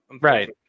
Right